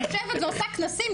יושבת ועושה כנסים,